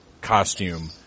costume